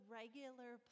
regular